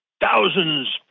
thousands